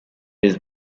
his